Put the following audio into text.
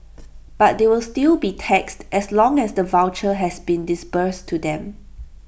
but they will still be taxed as long as the voucher has been disbursed to them